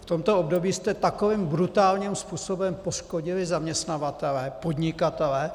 V tomto období jste takovým brutálním způsobem poškodili zaměstnavatele, podnikatele.